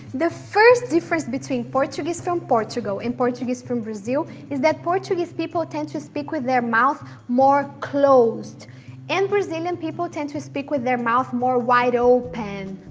the first difference between portuguese from portugal and portuguese from brazil is that portuguese people tend to speak with their mouths more closed and brazilian people tend to speak with their mouths more wide open.